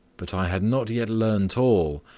but i had not yet learnt all.